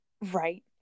Right